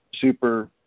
super